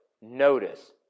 notice